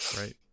Right